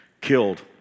killed